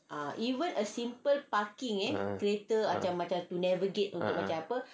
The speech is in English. ah ah ah